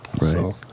Right